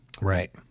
Right